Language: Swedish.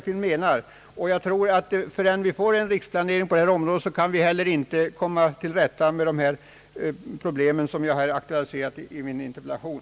Innan vi får en riksplanering på detta område kan vi inte heller komma till rätta med de problem som jag aktualiserat i min interpellation.